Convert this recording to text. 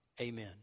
Amen